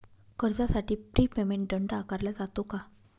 कर्जासाठी prepayment दंड आकारला जातो का?